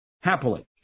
happily